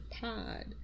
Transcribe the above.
pod